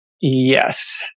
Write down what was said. Yes